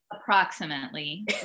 approximately